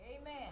Amen